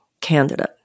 candidate